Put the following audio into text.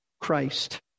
Christ